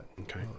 Okay